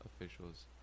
officials